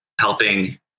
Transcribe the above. helping